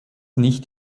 nicht